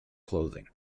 clothing